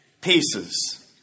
pieces